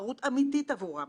לבחון שוב את הנושא.